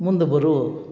ಮುಂದೆ ಬರೋ